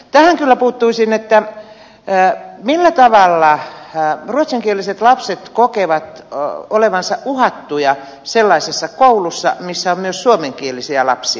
tähän kyllä puuttuisin että millä tavalla ruotsinkieliset lapset kokevat olevansa uhattuja sellaisessa koulussa jossa on myös suomenkielisiä lapsia